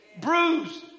bruised